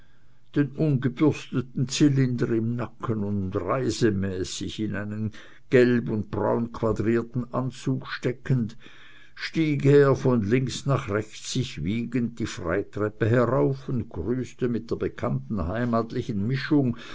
den ungebürsteten zylinder im nacken und reisemäßig in einem gelb und braunquadrierten anzuge steckend stieg er von links nach rechts sich wiegend die freitreppe herauf und grüßte mit der bekannten heimatlichen mischung